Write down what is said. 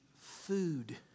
food